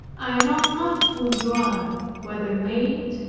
i know not who you are whether maid,